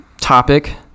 topic